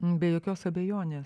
be jokios abejonės